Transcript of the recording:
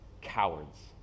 cowards